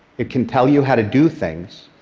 it can tell you how to do things,